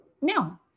No